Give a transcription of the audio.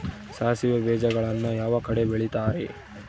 ಸಾಸಿವೆ ಬೇಜಗಳನ್ನ ಯಾವ ಕಡೆ ಬೆಳಿತಾರೆ?